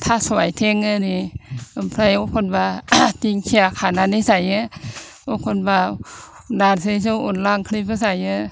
थास' आथिं एरि ओमफ्राय एखनब्ला दिंखिया खानानै जायो एखनब्ला नारजिजों अनद्ला ओंख्रिबो जायो